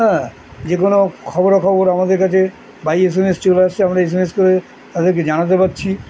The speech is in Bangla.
হ্যাঁ যে কোনো খবরাখবর আমাদের কাছে বাই এস এম এস চলে আসছে আমরা এস এম এস করে তাদেরকে জানাতে পারছি